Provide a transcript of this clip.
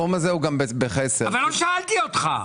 אבל לא שאלתי אותך.